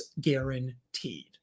guaranteed